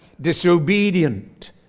disobedient